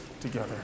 together